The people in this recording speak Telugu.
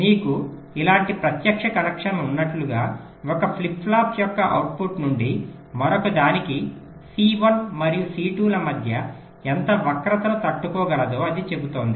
మీకు ఇలాంటి ప్రత్యక్ష కనెక్షన్ ఉన్నట్లుగా ఒక ఫ్లిప్ ఫ్లాప్ యొక్క అవుట్పుట్ నుండి మరొకదానికి C1 మరియు C2 ల మధ్య ఎంత వక్రతను తట్టుకోగలదో అది చెబుతోంది